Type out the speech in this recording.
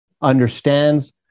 understands